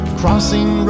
crossing